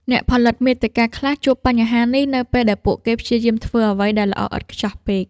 អ្នកផលិតមាតិកាខ្លះជួបបញ្ហានេះ នៅពេលដែលពួកគេព្យាយាមធ្វើអ្វីដែលល្អឥតខ្ចោះពេក។